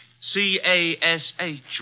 C-A-S-H